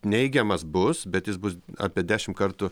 neigiamas bus bet jis bus apie dešim kartų